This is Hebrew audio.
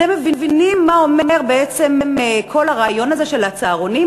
אתם מבינים מה אומר כל הרעיון הזה של הצהרונים?